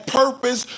purpose